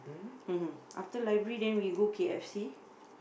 after library then we go K_F_C